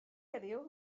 heddiw